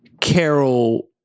carol